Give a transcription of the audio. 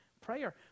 prayer